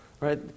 right